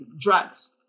drugs